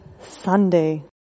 Sunday